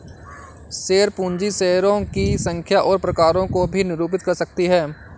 share पूंजी शेयरों की संख्या और प्रकारों को भी निरूपित कर सकती है